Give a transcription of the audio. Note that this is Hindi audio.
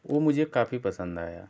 वो मुझे काफी पसंद आया